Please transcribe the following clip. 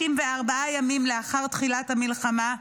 164 ימים לאחר תחילת המלחמה,